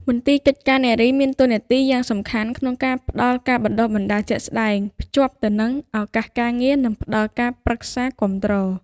មន្ទីរកិច្ចការនារី មានតួនាទីយ៉ាងសំខាន់ក្នុងការផ្តល់ការបណ្តុះបណ្តាលជាក់ស្តែង ភ្ជាប់ទៅនឹងឱកាសការងារ និងផ្តល់ការប្រឹក្សា និងគាំទ្រ។